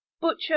Butcher